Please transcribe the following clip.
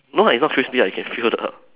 no it's no crispy ah I can feel the